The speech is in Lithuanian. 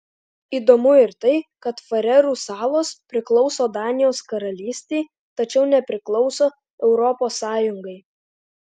įdomu ir tai kad farerų salos priklauso danijos karalystei tačiau nepriklauso europos sąjungai